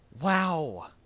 Wow